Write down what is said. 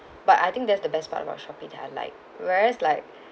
but I think that's the best part about Shopee that I like whereas like